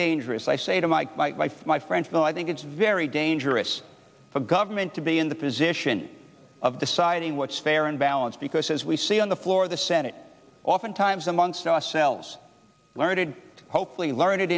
dangerous i say to my wife my friends and i think it's very dangerous for government to be in the position of deciding what's fair and balanced because as we see on the floor of the senate oftentimes amongst ourselves learned hopefully learn